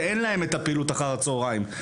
שאין להם פעילות אחרת אחר הצוהריים,